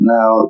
Now